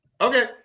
Okay